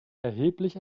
erheblich